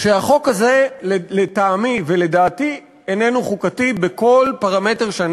שהחוק הזה לטעמי ולדעתי איננו חוקתי בכל פרמטר שאני